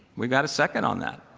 we've got a second on that.